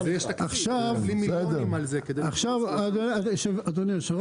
עכשיו נותנים מיליונים על זה כדי --- אדוני היושב-ראש,